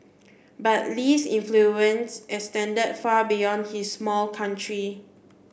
but Lee's influence extended far beyond his small country